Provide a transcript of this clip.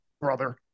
brother